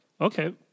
Okay